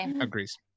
agrees